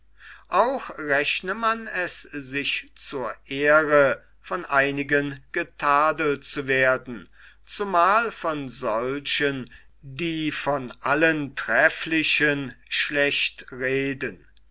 auch rechne man es sich zur ehre von einigen getadelt zu werden zumal von solchen die von allen trefflichen